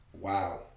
Wow